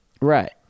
Right